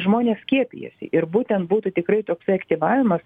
žmonės skiepijasi ir būtent būtų tikrai toksai aktyvavimas